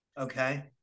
Okay